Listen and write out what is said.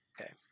Okay